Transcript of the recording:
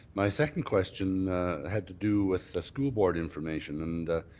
my second question had to do with the school board information and,